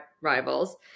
Rivals